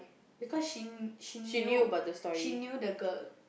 because she she knew she knew the girl